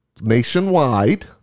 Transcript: nationwide